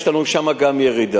גם שם יש לנו ירידה.